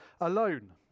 alone